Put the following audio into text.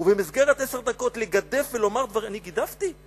"ובמסגרת עשר דקות לגדף ולומר" אני גידפתי?-